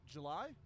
July